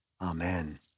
amen